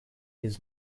his